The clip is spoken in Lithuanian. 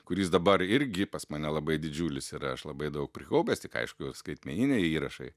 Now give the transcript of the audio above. kuris dabar irgi pas mane labai didžiulis ir aš labai daug prikaupęs tik aišku skaitmeniniai įrašai